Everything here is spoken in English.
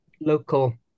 local